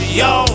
yo